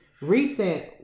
recent